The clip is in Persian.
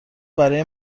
برای